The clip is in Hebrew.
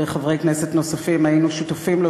וחברי כנסת נוספים היינו שותפים לו